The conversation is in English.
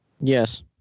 Yes